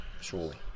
surely